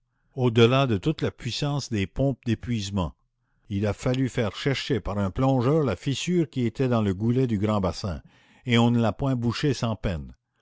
delà de toute la puissance des pompes d'épuisement il a fallu faire chercher par un plongeur la fissure qui était dans le goulet du grand bassin et on ne l'a point bouchée sans peine